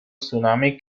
tsunami